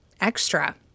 extra